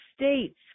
states